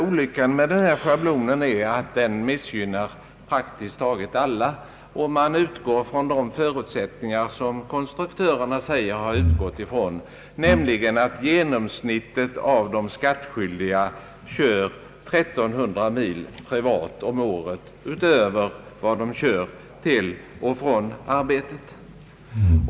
Olyckan med denna schablon är emellertid att den missgynnar praktiskt taget alla, om man utgår från samma förutsättningar som konstruktörerna gjort, nämligen att de skattskyldiga genomsnittligt kör 1300 mil privat om året utöver vad de kör till och från arbetet.